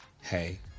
Hey